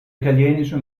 italienische